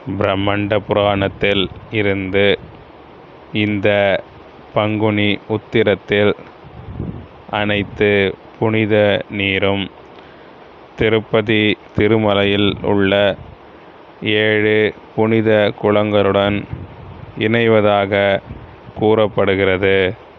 பிரம்மண்ட புராணத்தில் இருந்து இந்த பங்குனி உத்திரத்தில் அனைத்து புனித நீரும் திருப்பதி திருமலையில் உள்ள ஏழு புனித குளங்களுடன் இணைவதாக கூறப்படுகிறது